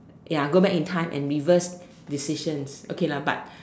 ya go back in time and reverse decisions okay lah but